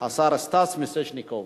השר סטס מיסז'ניקוב.